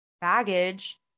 baggage